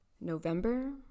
november